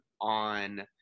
on